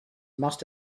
must